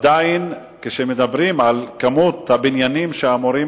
כשמדברים על כמות הבניינים שאמורים,